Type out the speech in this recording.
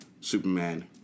Superman